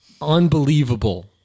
unbelievable